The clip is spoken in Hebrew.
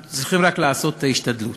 אנחנו צריכים רק לעשות את ההשתדלות.